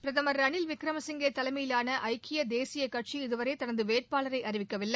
பிரதம் திரு ரனில் விக்ரமசிங்கே தலைமையிலான ஐக்கிய தேசிய கட்சி இதுவரை தனது வேட்பாளரை அறிவிக்கவில்லை